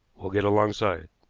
we'll get alongside.